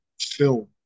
film